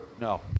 No